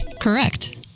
Correct